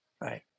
Right